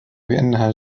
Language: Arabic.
بأنها